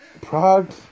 Prague